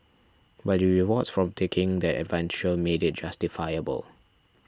but the rewards from taking that adventure made it justifiable